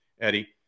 Eddie